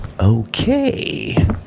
Okay